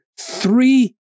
three